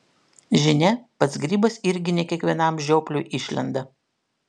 žinia pats grybas irgi ne kiekvienam žiopliui išlenda